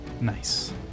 Nice